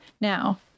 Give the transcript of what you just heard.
Now